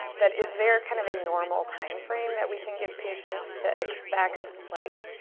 but is there kind of a normal time frame that we can give patients to expect like,